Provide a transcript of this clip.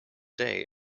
day